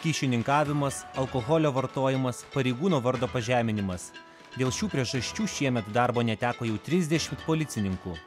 kyšininkavimas alkoholio vartojimas pareigūno vardo pažeminimas dėl šių priežasčių šiemet darbo neteko jau trisdešimt policininkų